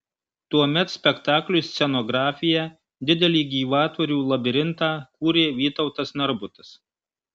tuomet spektakliui scenografiją didelį gyvatvorių labirintą kūrė vytautas narbutas